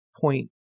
point